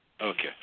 Okay